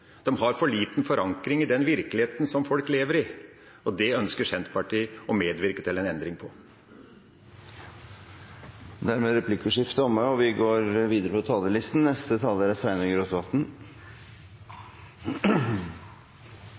har for liten forankring i den virkeligheten folk lever i, og det ønsker Senterpartiet å medvirke til en endring i. Replikkordskiftet er omme. Den norske arbeidsmarknaden er i endring. Låge oljeprisar har ført til auka arbeidsløyse, særleg på